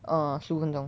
err 十五分钟